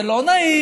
זה לא נעים,